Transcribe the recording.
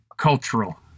Cultural